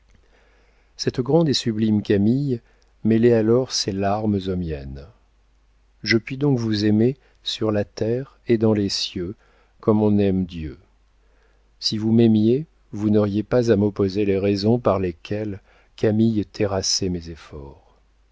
cette grande et sublime camille mêlait alors ses larmes aux miennes je puis donc vous aimer sur la terre et dans les cieux comme on aime dieu si vous m'aimiez vous n'auriez pas à m'opposer les raisons par lesquelles camille terrassait mes efforts